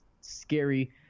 scary